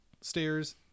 stairs